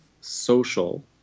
social